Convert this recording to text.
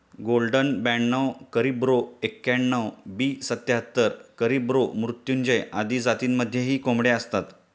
golden ब्याणव करिब्रो एक्याण्णण, बी सत्याहत्तर, कॅरिब्रो मृत्युंजय आदी जातींमध्येही कोंबड्या असतात